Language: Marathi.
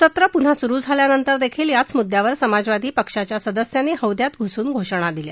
सत्र पुन्हा सुरु झाल्यावरदेखील याच मुद्यावर समाजवादी पार्टीच्या सदस्यांनी हौद्यात घुसुन घोषणा दिल्या